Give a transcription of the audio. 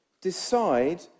decide